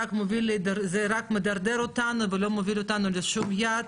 כי זה רק מדרדר אותנו ולא מוביל אותנו לשום יעד